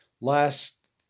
last